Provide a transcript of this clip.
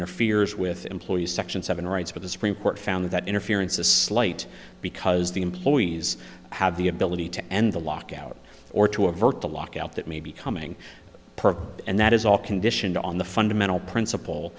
interferes with employees section seven rights for the supreme court found that interference a slight because the employees have the ability to end the lockout or to avert the lockout that may be coming and that is all conditioned on the fundamental principle